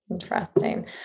Interesting